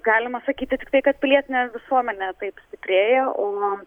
galima sakyti tiktai kad pilietinė visuomenė taip stiprėja o